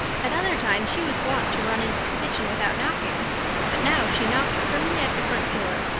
at other times she was wont to run into the kitchen without knocking but now she knocked primly at the front door.